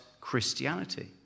Christianity